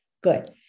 good